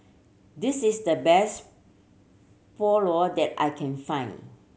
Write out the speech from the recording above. this is the best Pulao that I can find